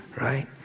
right